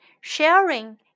Sharing